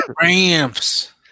ramps